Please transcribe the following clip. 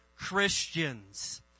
Christians